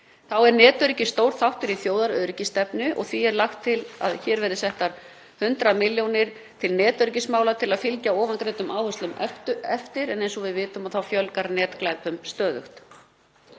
Þá er netöryggi stór þáttur í þjóðaröryggisstefnu og því er lagt til hér að settar verði 100 milljónir til netöryggismála til að fylgja ofangreindum áherslum eftir. Eins og við vitum þá fjölgar netglæpum stöðugt.